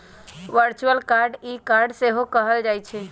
virtual card के e card सेहो कहल जाइ छइ